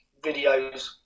videos